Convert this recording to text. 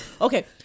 okay